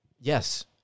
Yes